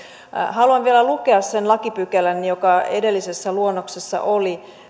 haluan vielä lukea sen lakipykälän joka edellisessä luonnoksessa oli